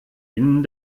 innen